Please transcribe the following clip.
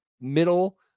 middle